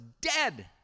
dead